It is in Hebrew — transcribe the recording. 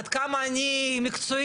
עד כמה אני מקצועית,